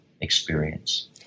experience